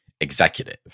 executive